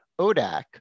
ODAC